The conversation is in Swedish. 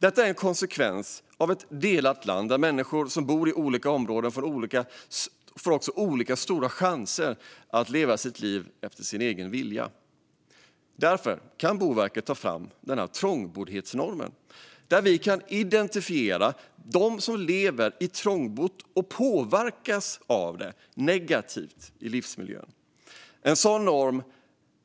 Trångboddheten är en konsekvens av ett delat land, där människor i olika områden har olika stora möjligheter att leva sitt liv efter sin egen vilja. Om Boverket kan ta fram en sådan trångboddhetsnorm kan vi identifiera dem som lever i trångboddhet och påverkas av detta negativt i sin livsmiljö. En sådan norm